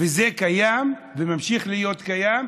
וזה קיים וממשיך להיות קיים,